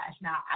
Now